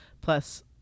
plus